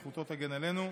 זכותו תגן עלינו.